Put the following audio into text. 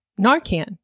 Narcan